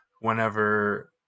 whenever